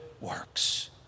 works